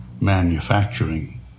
manufacturing